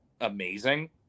amazing